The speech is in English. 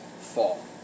fall